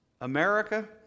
America